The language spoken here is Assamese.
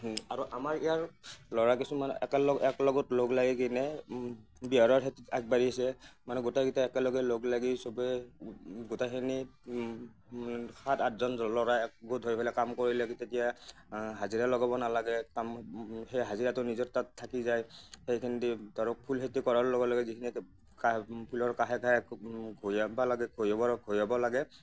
আৰু আমাৰ ইয়াৰ ল'ৰা কিছুমান একেলগ একেলগত লগ লাগি কিনে বিহাৰৰ খেতিত আগবাঢ়িছে মানে গোটাইকিটা একেলগে লগ লাগি চবে গোটাইখিনিত সাত আঠজন ল'ৰা একগোট হৈ ফেলে কাম কৰিলে তেতিয়া হাজিৰা লগাব নালাগে কামত সেই হাজিৰাটো নিজৰ তাত থাকি যায় সেইখিনি দি ধৰক ফুল খেতি কৰাৰ লগে লগে যিখিনি কাষে ফুলৰ কাষে কাষে ঘৈয়াবা লাগে ঘৈয়াবৰ ঘৈয়াব লাগে